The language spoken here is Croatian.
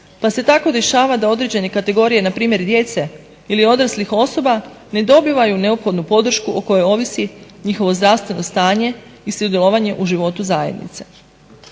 Pa se tako dešava da određene kategorije npr. djece ili odraslih osoba ne dobivaju neophodnu podršku o kojoj ovisi njihovo zdravstveno stanje i sudjelovanje u životu zajednice.